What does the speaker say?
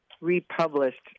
republished